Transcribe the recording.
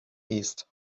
east